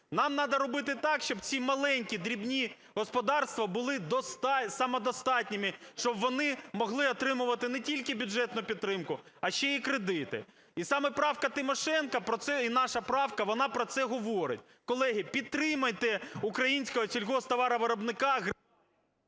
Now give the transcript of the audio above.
Нам треба робити так, щоб ці маленькі дрібні господарства були самодостатніми, щоб вони могли отримувати не тільки бюджетну підтримку, а ще і кредити. І саме правка Тимошенко про це, і наша правка, вона про це говорить. Колеги, підтримайте українського сільгосптоваровиробника…